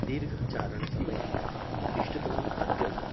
दीर्घचारणसमये इष्टतमं खाद्यं